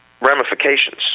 ramifications